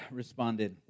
responded